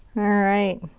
alright.